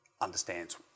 understands